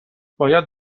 باید